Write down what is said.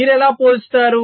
మీరు ఎలా పోల్చుతారు